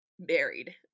buried